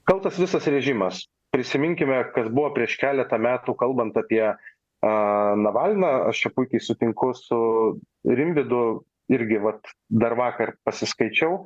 kaltas visas režimas prisiminkime kas buvo prieš keletą metų kalbant apie a navalną aš čia puikiai sutinku su rimvydu irgi vat dar vakar pasiskaičiau